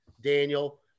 Daniel